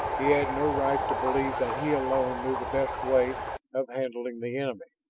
he had no right to believe that he alone knew the best way of handling the enemy.